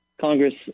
Congress